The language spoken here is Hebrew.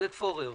עודד פורר.